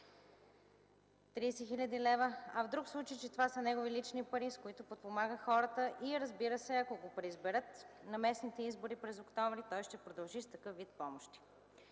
30 хил. лв., а в друг случай – че това са негови лични пари, с които подпомага хората и, разбира се, ако го преизберат на местните избори през октомври, той ще продължи с такъв вид помощи.